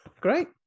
Great